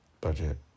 Budget